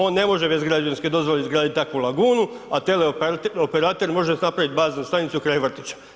On ne može bez građevinske dozvole izgraditi takvu lagunu, a teleoperater može napraviti baznu stanicu kraj vrtića.